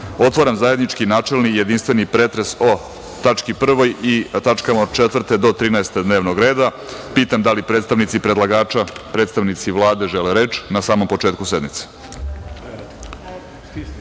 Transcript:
otvaram zajednički načelni i jedinstveni pretres o tački 1. i tačkama od 4. do 13. dnevnog reda. Da li predstavnici predlagača, predstavnici Vlade žele reč na samom početku sednice? Reč